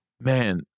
Man